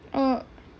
oh